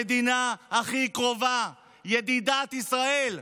המדינה הכי קרובה, ידידת ישראל,